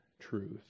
truth